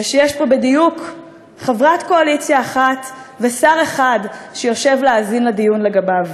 ושיש פה בדיוק חברת קואליציה אחת ושר אחד שיושב להאזין לדיון עליו,